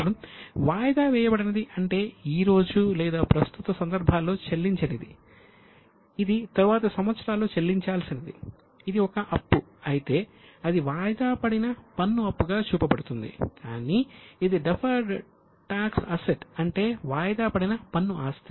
ఇప్పుడు వాయిదా వేయబడినది అంటే ఈ రోజు లేదా ప్రస్తుత సంవత్సరాల్లో చెల్లించనిది ఇది తరువాతి సంవత్సరాల్లో చెల్లించాల్సినది ఇది ఒక అప్పు అయితే అది వాయిదాపడిన పన్ను అప్పుగా చూపబడుతుంది కానీ ఇది డెఫర్డ్ టాక్స్ అసెట్ అంటే వాయిదాపడిన పన్ను ఆస్తి